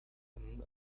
and